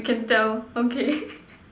you can tell okay